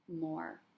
more